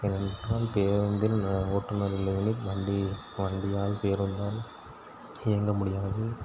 ஏனென்றால் பேருந்தில் ஓட்டுநர் இல்லையெனில் வண்டி வண்டியால் பேருந்தால் இயங்க முடியாது